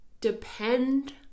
depend